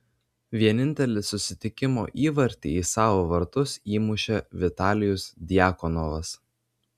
vienintelį susitikimo įvartį į savo vartus įmušė vitalijus djakonovas